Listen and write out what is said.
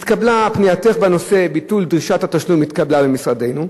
כתוב: פנייתך בנושא ביטול דרישת התשלום התקבלה במשרדנו.